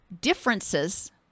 differences